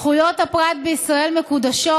זכויות הפרט בישראל מקודשות,